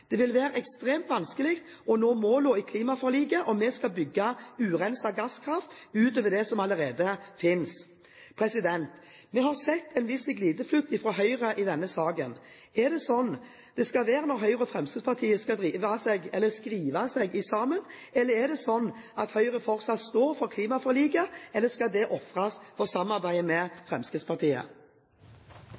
Det vil være ekstremt vanskelig å nå målene i klimaforliket om vi skal bygge ut urenset gasskraft utover det som allerede finnes. Vi har sett en viss glideflukt fra Høyre i denne saken. Er det slik det skal være når Høyre og Fremskrittspartiet skal skrive seg sammen? Er det slik at Høyre fortsatt står for klimaforliket, eller skal det ofres for samarbeid med Fremskrittspartiet?